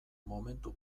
momentu